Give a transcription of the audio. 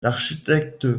l’architecte